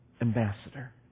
ambassador